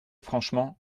franchement